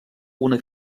una